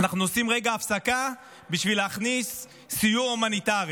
אנחנו עושים רגע הפסקה בשביל להכניס סיוע הומניטרי.